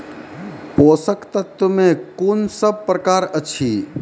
पोसक तत्व मे कून सब प्रकार अछि?